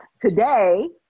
Today